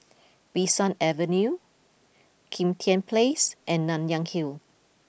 Bee San Avenue Kim Tian Place and Nanyang Hill